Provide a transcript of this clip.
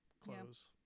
Clothes